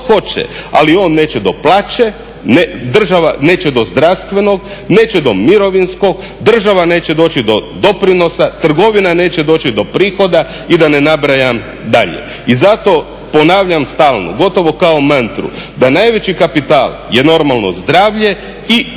ali on neće do plaće, neće do zdravstvenog, neće do mirovinskog, država neće doći do doprinosa, trgovina neće doći do prihoda i da ne nabrajam dalje. I zato ponavljam stalno, gotovo kao mantru da najveći kapital je normalno zdravlje i pronaći